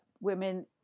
women